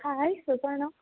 hi സുഖമാണോ